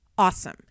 Awesome